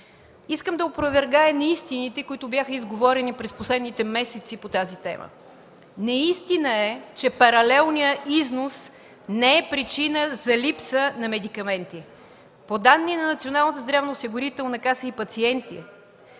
Искам да опровергая неистините, които бяха изговорени през последните месеци по тази тема. Неистина е, че паралелният износ не е причина за липса на медикаменти. По данни на Националната здравноосигурителна каса и на пациенти